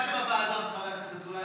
אתה יודע שבוועדות חבר הכנסת אזולאי,